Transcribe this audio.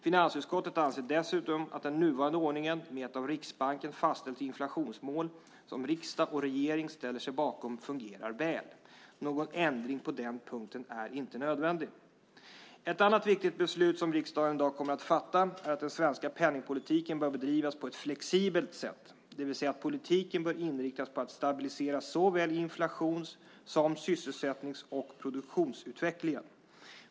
Finansutskottet anser dessutom att den nuvarande ordningen med ett av Riksbanken fastställt inflationsmål som riksdag och regering ställer sig bakom fungerar väl. Någon ändring på den punkten är inte nödvändig. Ett annat viktigt beslut som riksdagen i dag kommer att fatta är att den svenska penningpolitiken bör bedrivas på ett flexibelt sätt, det vill säga att politiken bör inriktas på att stabilisera såväl inflations som sysselsättnings och produktionsutvecklingen.